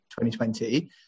2020